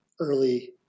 early